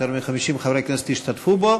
יותר מ-50 חברי כנסת השתתפו בו,